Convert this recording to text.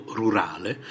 rurale